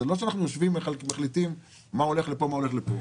זה לא שאנחנו יושבים ומחליטים מה הולך לפה ומה הולך לשם.